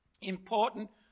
important